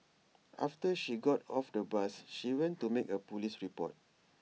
after she got off the bus she went to make A Police report